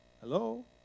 Hello